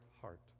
heart